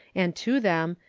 and to them,